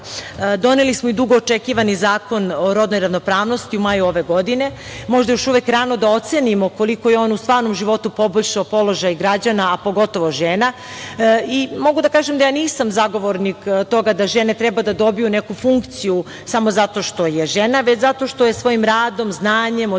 lokal. Doneli smo i dugo očekivani Zakon o rodnoj ravnopravnosti u maju ove godine. Možda je još uvek rano da ocenimo koliko je on u stvarnom životu poboljšao položaj građana, a pogotovo žena. Mogu da kažem da ja nisam zagovornik toga da žene treba da dobiju neku funkciju samo zato što je žena, već zato što je svojim radom, znanjem, odricanjem